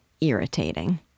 irritating